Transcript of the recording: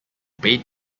bait